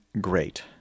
great